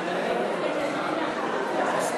סיעת העבודה להביע אי-אמון בממשלה לא נתקבלה.